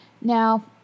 Now